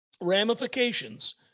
ramifications